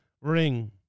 ring